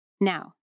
Now